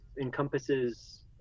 encompasses